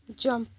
jump